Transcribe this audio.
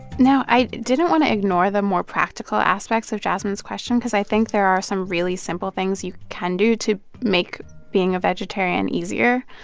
now, i didn't want to ignore the more practical aspects of jasmine's question because i think there are some really simple things you can do to make being a vegetarian easier.